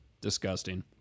disgusting